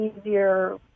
easier